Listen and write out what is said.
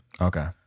Okay